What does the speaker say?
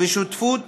בשותפות